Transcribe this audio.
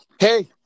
Hey